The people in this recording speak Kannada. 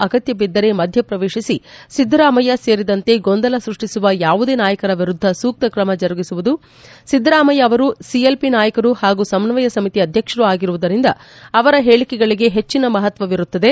ಅಗತ್ಯಬಿದ್ದರೆ ಮಧ್ಯಪ್ರವೇಶಿಸಿ ಸಿದ್ದರಾಮಯ್ಯ ಸೇರಿದಂತೆ ಗೊಂದಲ ಸ್ಕಷ್ಟಿಸುವ ಯಾವುದೇ ನಾಯಕರ ವಿರುದ್ದ ಸೂಕ್ತ ಕ್ರಮ ಜರುಗಿಸುವುದು ಸಿದ್ದರಾಮಯ್ಯ ಅವರು ಸಿಎಲ್ಪಿ ನಾಯಕರು ಪಾಗೂ ಸಮನ್ನಯ ಸಮಿತಿ ಅಧ್ಯಕ್ಷರೂ ಆಗಿರುವುದರಿಂದ ಅವರ ಹೇಳಕೆಗಳಿಗೆ ಹೆಚ್ಚನ ಮಹತ್ವವಿರುತ್ತದೆ